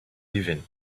leaving